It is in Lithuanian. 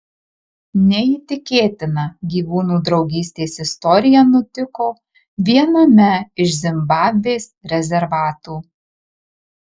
neįtikėtina gyvūnų draugystės istorija nutiko viename iš zimbabvės rezervatų